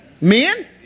Men